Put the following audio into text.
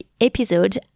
episode